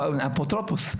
אפוטרופוס.